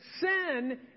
sin